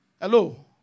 Hello